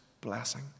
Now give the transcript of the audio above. blessing